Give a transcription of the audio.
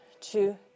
Two